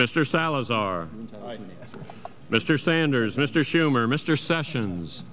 mr salazar mr sanders mr schumer mr sessions